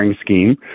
scheme